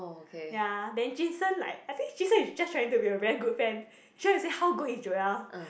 ya then jun sheng like I think jun sheng is just trying to be a very good friend he's trying to say how good is Joel